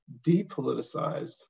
depoliticized